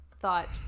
thought